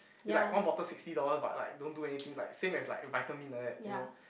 is like one bottle sixty dollars but like don't do anything like same as like vitamin like that you know